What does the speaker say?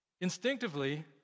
Instinctively